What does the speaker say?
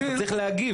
אתה צריך להגיב,